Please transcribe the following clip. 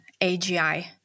AGI